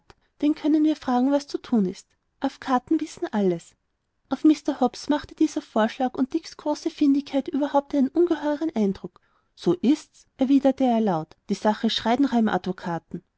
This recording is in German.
den könnten wir fragen was zu thun ist a'v'katen wissen das alles auf mr hobbs machte dieser vorschlag und dicks große findigkeit überhaupt einen ungeheuren eindruck so ist's erwiderte er laut die sache schreit nach einem advokaten